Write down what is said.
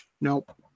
Nope